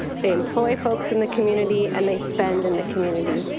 they employ folks in the community and they spend in the community.